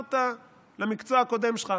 חזרת למקצוע הקודם שלך,